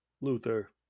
Luther